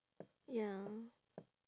ya